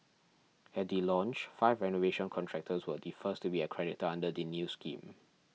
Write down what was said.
at the launch five renovation contractors were the first to be accredited under the new scheme